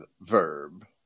verb